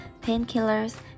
painkillers